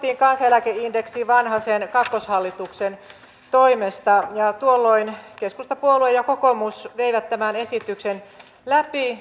lapsilisät sidottiin kansaneläkeindeksiin vanhasen kakkoshallituksen toimesta ja tuolloin keskustapuolue ja kokoomus veivät tämän esityksen läpi